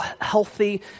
healthy